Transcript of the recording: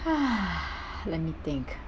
ha let me think